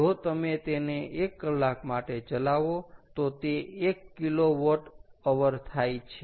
જો તમે તેને એક કલાક માટે ચલાવો તો તે 1 kWH થાય છે